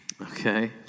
Okay